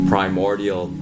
primordial